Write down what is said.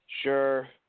Sure